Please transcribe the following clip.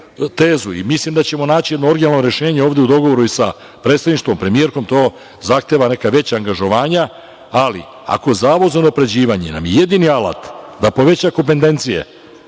tezu i mislim da ćemo naći jedno originalno rešenje ovde u dogovoru i sa predsedništvom, premijerkom, to zahteva neka veća angažovanja, ali ako Zavod za unapređivanje je jedini alat da poveća kompentencije